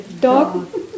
Dog